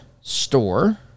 store